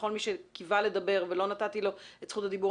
לכל מי שקיווה לדבר ולא נתתי לו את זכות הדיבור,